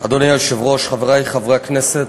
אדוני היושב-ראש, חברי חברי הכנסת,